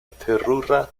terura